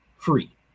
Free